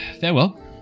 Farewell